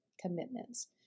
commitments